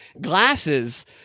glasses